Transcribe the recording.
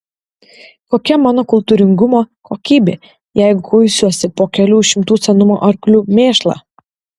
kokia mano kultūringumo kokybė jeigu kuisiuos po kelių šimtų senumo arklių mėšlą